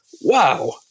Wow